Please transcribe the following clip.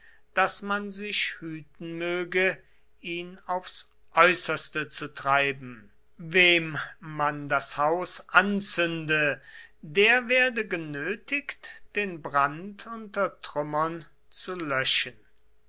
daß man sich hüten möge ihn aufs äußerste zu treiben wem man das haus anzünde der werde genötigt den brand unter trümmern zu löschen